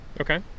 Okay